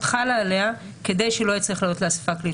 חלה עליה כדי שזה לא יצטרך לעלות לאספה הכללית.